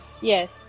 Yes